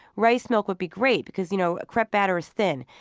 rice milk would be great because you know crepe batter is thin,